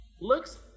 looks